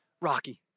Rocky